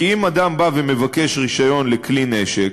כי אם אדם בא ומבקש רישיון לכלי נשק,